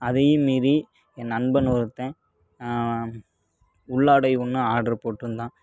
அதையும் மீறி என் நண்பன் ஒருத்தன் உள்ளாடை ஒன்று ஆர்டர் போட்டுருந்தான்